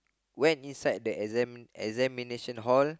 went inside the exam the examination hall